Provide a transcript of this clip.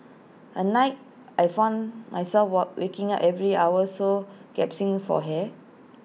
at night I found myself war waking up every hour or so gasping for hair